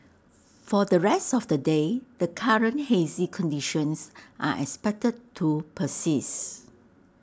for the rest of the day the current hazy conditions are expected to persist